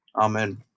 Amen